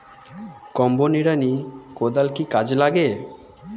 Combo নিড়ানি কোদাল কি কাজে লাগে?